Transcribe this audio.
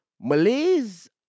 Malays